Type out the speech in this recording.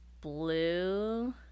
blue